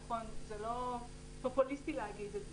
נכון, זה לא פופוליסטי להגיד את זה,